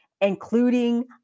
including